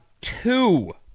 two